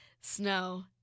snow